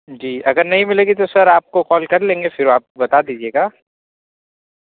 جی اگر نہیں ملے گی تو سر آپ کو کال کر لیں گے پھر آپ بتا دیجیے گا